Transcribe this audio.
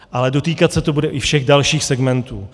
Ale dotýkat se to bude i všech dalších segmentů.